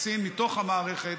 קצין מתוך המערכת,